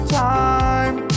time